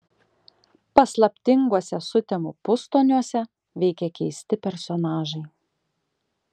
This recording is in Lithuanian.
paslaptinguose sutemų pustoniuose veikia keisti personažai